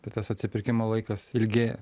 tai tas atsipirkimo laikas ilgėja